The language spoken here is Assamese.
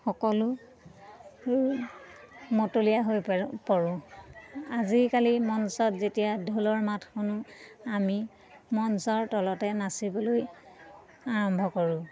সকলো মতলীয়া হৈ প পৰো আজিকালি মঞ্চত যেতিয়া ঢোলৰ মাত শুনো আমি মঞ্চৰ তলতে নাচিবলৈ আৰম্ভ কৰোঁ